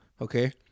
Okay